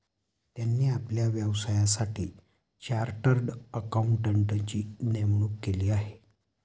त्यांनी आपल्या व्यवसायासाठी चार्टर्ड अकाउंटंटची नेमणूक केली आहे